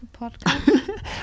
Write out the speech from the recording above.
podcast